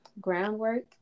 groundwork